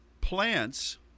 plants